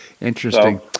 Interesting